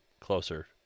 closer